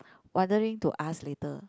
wondering to ask later